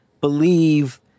believe